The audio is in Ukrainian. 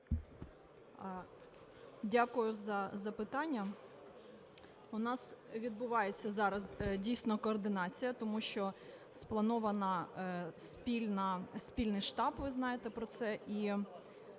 Дякую за запитання. У нас відбувається зараз дійсно координація, тому що сплановано спільний штаб, ви знаєте про це,